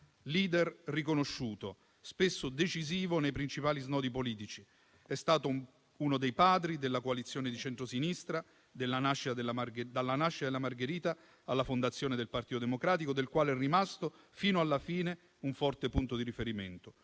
*leader* riconosciuto, spesso decisivo nei principali snodi politici. È stato uno dei padri della coalizione di centrosinistra, dalla nascita della Margherita alla fondazione del Partito Democratico, del quale è rimasto, fino alla fine, un forte punto di riferimento.